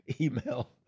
email